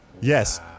Yes